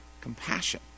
Compassion